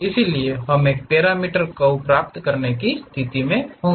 इसलिए हम एक पैरामीटर कर्व प्राप्त करने की स्थिति में होंगे